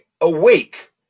awake